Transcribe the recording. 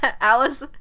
Alice